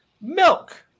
milk